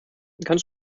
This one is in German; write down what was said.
kannst